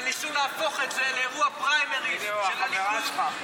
אבל ניסו להפוך את זה לאירוע פריימריז של הליכוד,